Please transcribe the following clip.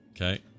Okay